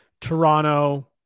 Toronto